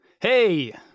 Hey